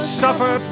suffer